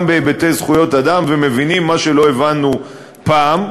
בהיבטי זכויות אדם ומבינים מה שלא הבנו פעם.